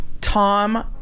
Tom